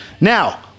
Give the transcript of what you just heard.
Now